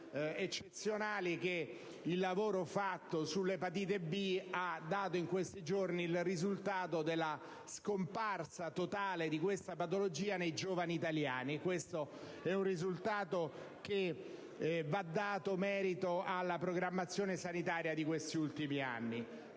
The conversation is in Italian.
eccezionali che il lavoro fatto sull'epatite B ha dato in questi giorni: mi riferisco alla scomparsa totale di questa patologia nei giovani italiani. È un risultato di cui va dato merito alla programmazione sanitaria di questi ultimi anni.